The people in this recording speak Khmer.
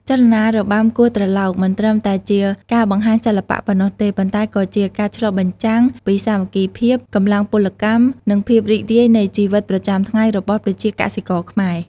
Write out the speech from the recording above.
ចលនារបាំគោះត្រឡោកមិនត្រឹមតែជាការបង្ហាញសិល្បៈប៉ុណ្ណោះទេ ប៉ុន្តែក៏ជាការឆ្លុះបញ្ចាំងពីសាមគ្គីភាព កម្លាំងពលកម្ម និងភាពរីករាយនៃជីវិតប្រចាំថ្ងៃរបស់ប្រជាកសិករខ្មែរ។